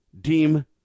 deem